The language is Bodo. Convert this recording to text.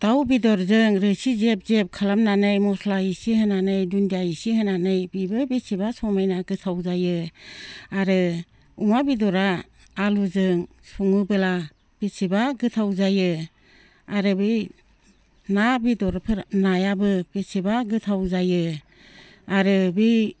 दाउ बेदरजों रोसि जेब जेब खालामनानै मस्ला इसे होनानै दुन्दिया इसे होनानै बेबो बेसेबा समायना गोथाव जायो आरो अमा बेदरा आलुजों सङोब्ला बेसेबा गोथाव जायो आरो बै ना बेदरफोर नायाबो बेसेबा गोथाव जायो आरो बै